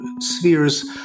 spheres